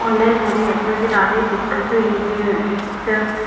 उन जे करे असांखे ॾाढी दिक़तियूं ईंदियूं आहिनि त